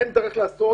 אין דרך לעשות